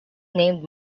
named